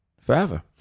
forever